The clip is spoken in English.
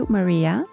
Maria